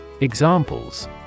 Examples